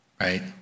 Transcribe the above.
right